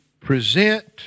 present